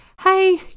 hey